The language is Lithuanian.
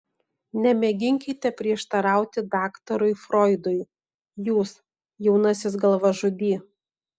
nemėginkite prieštarauti daktarui froidui jūs jaunasis galvažudy